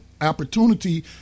opportunity